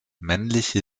männliche